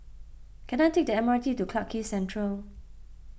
can I take the M R T to Clarke Quay Central